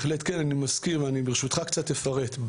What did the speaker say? אני מזכיר וברשותך קצת אפרט,